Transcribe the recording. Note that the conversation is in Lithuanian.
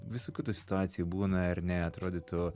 visokių tų situacijų būna ar ne atrodytų